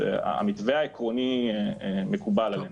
המתווה העקרוני מקובל עלינו.